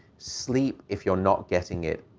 sleep, if you're not getting it,